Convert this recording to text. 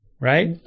Right